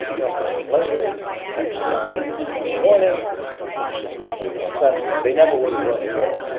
they'll come in later and decide on monday morning how things should have been played on sunday. they never would have ran the ball,